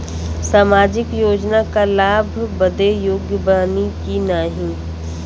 सामाजिक योजना क लाभ बदे योग्य बानी की नाही?